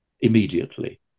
immediately